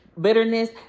bitterness